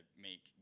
make